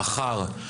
מחר,